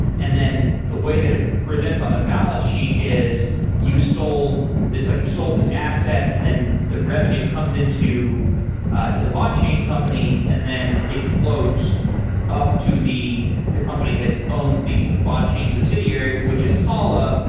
and then the way that it presents on the balance sheet is you sold it's like you sold this asset and then the revenue comes into the botchain company and then it flows up to the the company that owns the botchain subsidiary, which is talla,